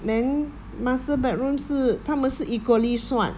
then master bedroom 是他们是 equally 算